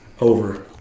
Over